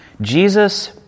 Jesus